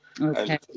Okay